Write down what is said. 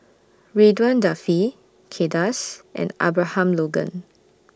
Ridzwan Dzafir Kay Das and Abraham Logan